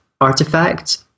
Artifact